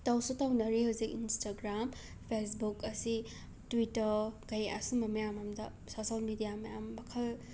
ꯇꯧꯁꯨ ꯇꯧꯅꯔꯤ ꯍꯧꯖꯤꯛ ꯏꯟꯁꯇꯒ꯭ꯔꯥꯝ ꯐꯦꯁꯕꯨꯛ ꯑꯁꯤ ꯇꯨꯏꯇꯔ ꯀꯩ ꯑꯁꯤꯒꯨꯝꯃ ꯃꯌꯥꯝ ꯑꯝꯗ ꯁꯣꯁꯦꯜ ꯃꯤꯗꯤꯌꯥ ꯃꯌꯥꯝ ꯃꯈꯜ